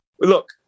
look